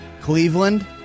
Cleveland